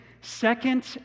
second